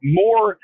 more